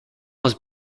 was